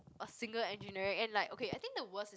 a single engineering and like okay I think the worst is